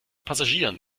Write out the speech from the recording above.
passagieren